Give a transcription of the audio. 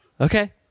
Okay